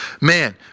man